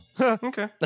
Okay